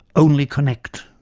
only connect.